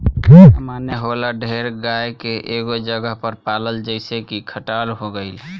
एकरा माने होला ढेर गाय के एगो जगह पर पलाल जइसे की खटाल हो गइल